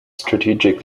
strategic